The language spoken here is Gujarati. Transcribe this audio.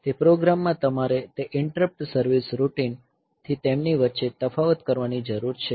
તે પ્રોગ્રામ માં તમારે તે ઇન્ટરપ્ટ સર્વિસ રૂટિન થી તેમની વચ્ચે તફાવત કરવાની જરૂર છે